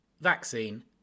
Vaccine